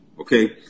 okay